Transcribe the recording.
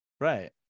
Right